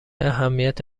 اهمیت